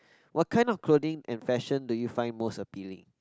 what kind of clothing and fashion do you find most appealing